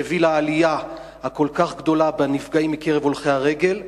שמביא לעלייה הכל כך גדולה בנפגעים מקרב הולכי הרגל,